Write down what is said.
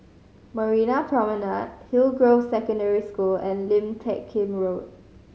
Marina Promenade Hillgrove Secondary School and Lim Teck Kim Road